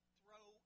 throw